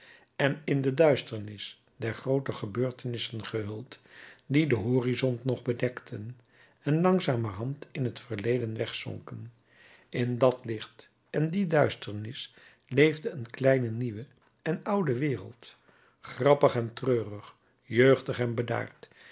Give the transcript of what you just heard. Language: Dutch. en in de duisternis der groote gebeurtenissen gehuld die den horizont nog bedekten en langzamerhand in het verleden wegzonken in dat licht en die duisternis leefde een kleine nieuwe en oude wereld grappig en treurig jeugdig en